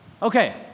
okay